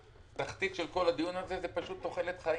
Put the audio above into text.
השורה התחתונה של כל הדיון הזה זו תוחלת חיים.